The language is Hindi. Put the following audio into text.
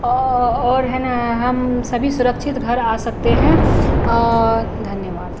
औ और है ना हम सभी सुरक्षित घर आ सकते हैं और धन्यवाद